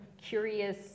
curious